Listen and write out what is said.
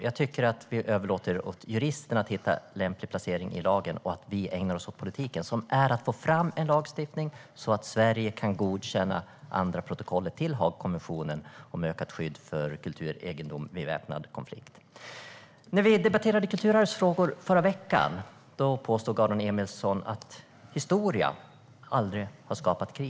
Jag tycker att vi överlåter åt juristerna att hitta en lämplig placering i lagen och att vi ägnar oss åt politiken. Det innebär att vi ska få fram en lagstiftning så att Sverige kan godkänna det andra protokollet till Haagkonventionen om ökat skydd för kulturegendom vid väpnad konflikt. När vi debatterade kulturarvsfrågor förra veckan påstod Aron Emilsson att historia aldrig har skapat krig.